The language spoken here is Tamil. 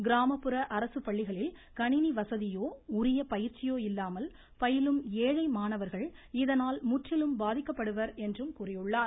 கிராமப்புற அரசுப்பள்ளிகளில் கணிணி வசதியோ உரிய பயிற்சியோ இல்லாமல் பயிலும் ஏழை மாணவர்கள் இதனால் முற்றிலும் பாதிக்கப்படுவர் என்றும் கூறியுள்ளார்